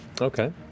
Okay